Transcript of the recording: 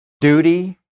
duty